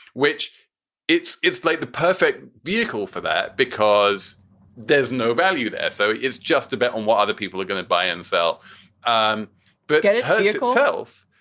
which it's it's like the perfect vehicle for that because there's no value there. so it's just a bet on what other people are going to buy and sell um but yeah yeah yeah itself.